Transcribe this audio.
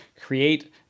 create